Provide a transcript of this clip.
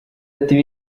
ati